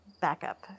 backup